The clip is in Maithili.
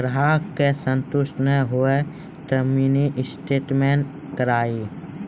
ग्राहक के संतुष्ट ने होयब ते मिनि स्टेटमेन कारी?